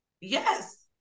Yes